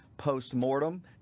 post-mortem